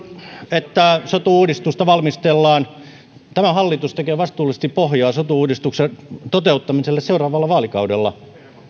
että sotu uudistusta valmistellaan tämä hallitus tekee vastuullisesti pohjaa sotu uudistuksen toteuttamiselle seuraavalla vaalikaudella